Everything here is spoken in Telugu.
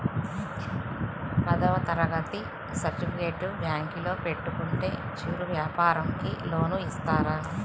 పదవ తరగతి సర్టిఫికేట్ బ్యాంకులో పెట్టుకుంటే చిరు వ్యాపారంకి లోన్ ఇస్తారా?